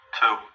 Two